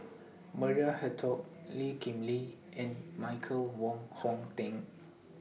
Maria Hertogh Lee Kip Lee and Michael Wong Hong Teng